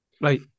Right